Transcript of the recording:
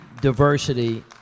diversity